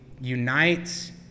unites